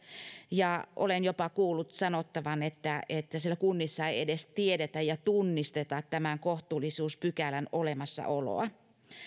olen jopa kuullut sanottavan että siellä kunnissa ei edes tiedetä ja tunnisteta tämän kohtuullisuuspykälän olemassaoloa